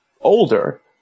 older